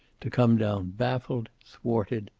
to come down baffled, thwarted,